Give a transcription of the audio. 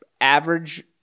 Average